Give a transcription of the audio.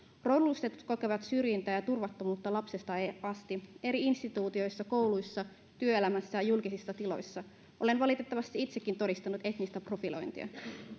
rodullistetut kokevat syrjintää ja turvattomuutta lapsesta asti eri instituutioissa kouluissa työelämässä ja julkisissa tiloissa olen valitettavasti itsekin todistanut etnistä profilointia